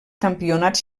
campionats